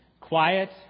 quiet